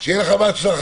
שיהיה לך בהצלחה.